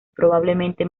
probablemente